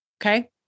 Okay